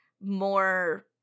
more